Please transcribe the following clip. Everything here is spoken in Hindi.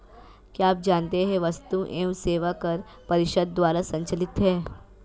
क्या आप जानते है वस्तु एवं सेवा कर परिषद द्वारा संचालित है?